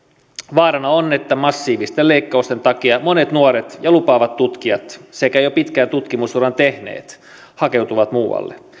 vaarana on että massiivisten leikkausten takia monet nuoret ja lupaavat tutkijat sekä jo pitkän tutkimusuran tehneet hakeutuvat muualle